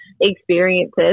experiences